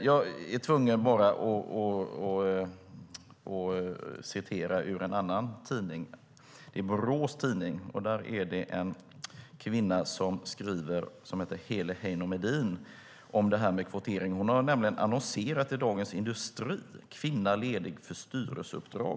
Jag är tvungen citera ur en annan tidning där är en kvinna, Heli Heino Medin, skriver om kvotering. Hon har annonserat i Dagens Industri: "Kvinna - Ledig för styrelseuppdrag.